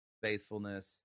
faithfulness